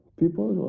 people